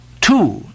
two